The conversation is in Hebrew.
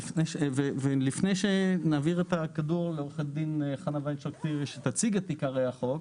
לפני שנעביר את הכדור לעו"ד חנה וינשטוק-טירי שתציג את עיקרי החוק,